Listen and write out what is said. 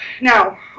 now